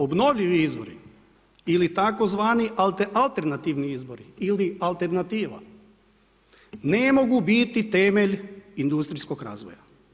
Obnovljivi izvori ili tzv. alternativni izbori, ili alternativa ne mogu biti temelj industrijskog razvoja.